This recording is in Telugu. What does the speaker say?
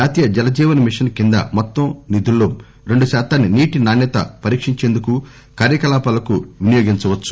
జాతీయ జల జీవన్ మిషన్ కింద మొత్తం నిధుల్లో రెండు శాతాన్ని నీటి నాణ్యత పరీకించేందుకు కార్యకలాపాలకు వినియోగించవచ్చు